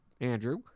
Andrew